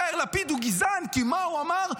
יאיר לפיד הוא גזען, כי מה הוא אמר?